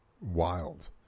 wild